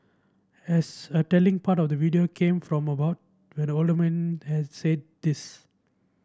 as a telling part of the video came from about when the old man had said this